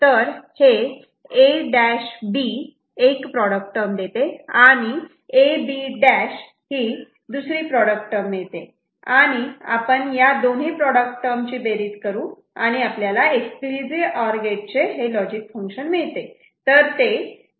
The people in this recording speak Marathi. तर हे A' B एक प्रॉडक्ट टर्म आणि A B' हे दुसरी प्रॉडक्ट टर्म मिळते आणि आपण या दोन्ही प्रॉडक्ट टर्म ची बेरीज करू आणि आपल्याला एक्सक्लुझिव्ह ऑर गेट चे लॉजिक फंक्शन मिळते